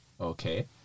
okay